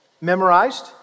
memorized